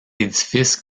édifice